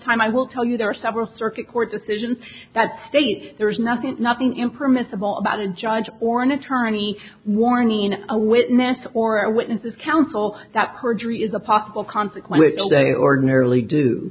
time i will tell you there are several circuit court decisions that state there is nothing nothing in permissible about a judge or an attorney warning a witness or a witness is counsel that perjury is a possible consequences they ordinarily do